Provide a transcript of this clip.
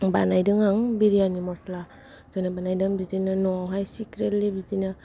बानायदों आं बिरियानि मसला जेरै बानायदों बिदिनो न' आवहाय बिदिनो सिक्रेटलि